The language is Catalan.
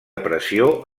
pressió